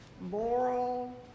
moral